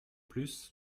plus